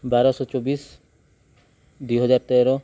ବାରଶହ ଚବିଶି ଦୁଇହଜାର ତେର